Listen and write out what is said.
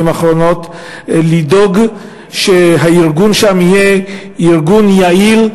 האחרונות לדאוג שהארגון שם יהיה ארגון יעיל,